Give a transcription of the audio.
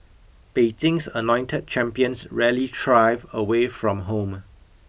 Beijing's anointed champions rarely thrive away from home